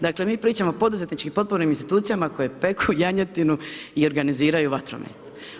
Dakle, mi pričamo o poduzetničkim potpornim institucijama koje peku janjetinu i organiziraju vatromet.